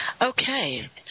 Okay